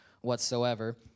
whatsoever